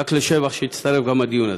רק לשבח שהצטרף גם הדיון הזה.